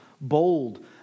Bold